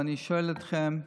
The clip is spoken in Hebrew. ואני שואל אתכם: